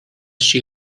she